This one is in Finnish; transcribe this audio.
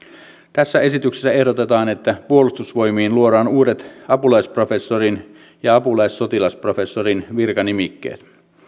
tässä esityksessä ehdotetaan että puolustusvoimiin luodaan uudet apulaisprofessorin ja apulaissotilasprofessorin virkanimikkeet